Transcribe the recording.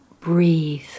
breathe